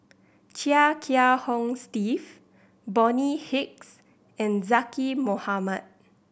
Chia Kiah Hong Steve Bonny Hicks and Zaqy Mohamad